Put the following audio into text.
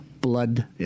blood